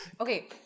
Okay